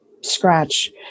scratch